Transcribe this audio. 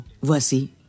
Voici